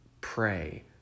Pray